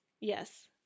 Yes